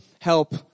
help